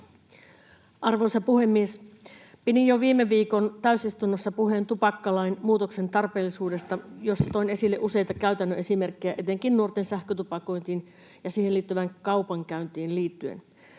Arvoisa puhemies! Pidin jo viime viikon täysistunnossa tupakkalain muutoksen tarpeellisuudesta puheen, jossa toin esille useita käytännön esimerkkejä etenkin nuorten sähkötupakointiin ja siihen liittyvään kaupankäyntiin liittyen.